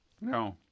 no